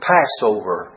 Passover